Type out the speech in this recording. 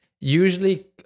usually